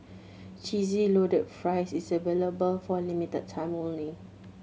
Cheesy Loaded Fries is available for a limited time only